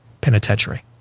penitentiary